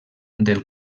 del